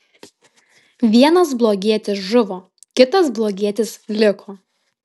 vienas blogietis žuvo kitas blogietis liko